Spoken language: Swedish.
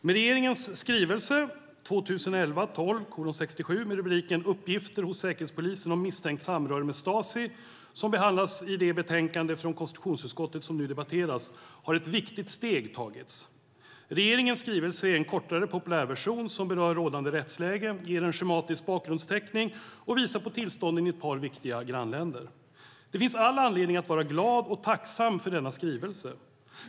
Med regeringens skrivelse 2011/12:67 Uppgifter hos Säkerhetspolisen om misstänkt samröre med Stasi , som behandlas i det betänkande från konstitutionsutskottet som nu debatteras, har ett viktigt steg tagits. Regeringens skrivelse är en kortare populärversion som berör rådande rättsläge, ger en schematisk bakgrundsteckning och visar på tillstånden i ett par viktiga grannländer. Det finns all anledning att vara glad och tacksam för denna skrivelse.